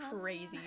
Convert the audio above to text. crazy